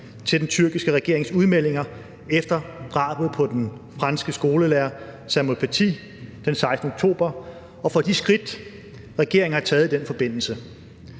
til den tyrkiske regerings udmeldinger efter drabet på den franske skolelærer Samuel Paty den 16. oktober og for de skridt, regeringen har taget i den forbindelse.